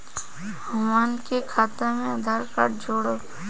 हमन के खाता मे आधार कार्ड जोड़ब?